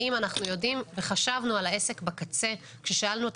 האם אנחנו יודעים וחשבנו על העסק בקצה כששאלנו את